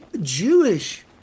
jewish